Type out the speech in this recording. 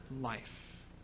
life